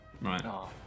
right